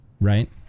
right